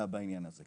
בעניין הזה,